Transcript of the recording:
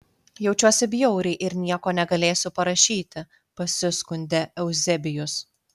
jaučiuosi bjauriai ir nieko negalėsiu parašyti pasiskundė euzebijus